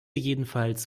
jedenfalls